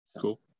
Cool